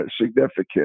significant